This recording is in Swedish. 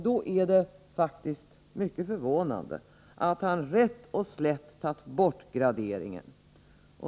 Då är det faktiskt mycket förvånande att han rätt och slätt tagit bort graderingen.